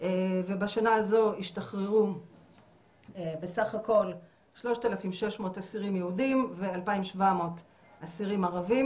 ובשנה הזו השתחררו בסך הכול 3,600 אסירים יהודים ו-2,700 אסירים ערבים.